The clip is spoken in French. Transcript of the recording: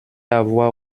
avoir